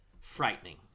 frightening